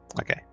Okay